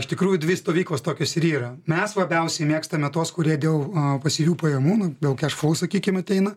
iš tikrųjų dvi stovyklos tokios ir yra mes labiausiai mėgstame tuos kurie dėl pasyvių pajamų na dėl cash full sakykim ateina